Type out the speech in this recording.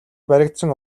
баригдсан